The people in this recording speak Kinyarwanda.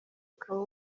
ukaba